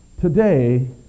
today